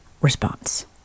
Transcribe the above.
response